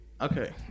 okay